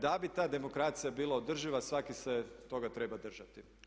Da bi ta demokracija bila održiva svatko se toga treba držati.